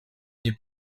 nie